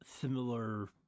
similar